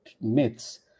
myths